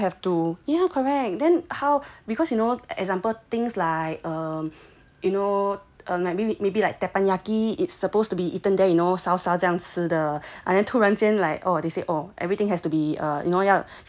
ya correct then how because you know example things like um you know like maybe maybe like teppanyaki it's supposed to be eaten there you know 烧烧这样吃的